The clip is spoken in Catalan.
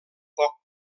poc